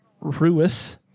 Ruiz